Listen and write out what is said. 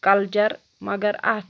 culture مگر اَتھ